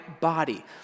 body